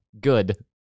Good